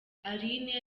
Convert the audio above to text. aline